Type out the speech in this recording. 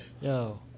Yo